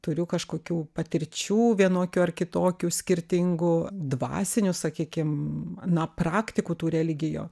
turiu kažkokių patirčių vienokių ar kitokių skirtingų dvasinių sakykim na praktikų tų religijo